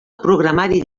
programari